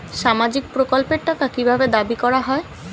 সামাজিক প্রকল্পের টাকা কি ভাবে দাবি করা হয়?